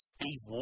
Steve